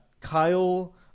Kyle